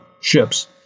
ships